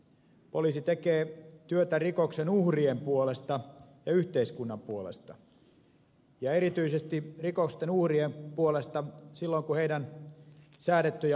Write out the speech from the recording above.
poliisi tekee työtä rikoksen uhrien puolesta ja yhteiskunnan puolesta ja erityisesti rikosten uhrien puolesta silloin kun heidän säädettyjä oikeuksiaan on loukattu